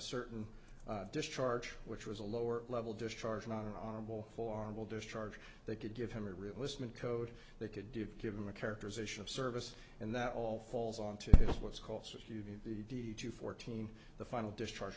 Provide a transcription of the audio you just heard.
certain discharge which was a lower level discharge not an honorable formal discharge they could give him a realism and code they could do given the characterization of service and that all falls on to this what's called the deed you fourteen the final discharge